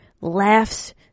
laughs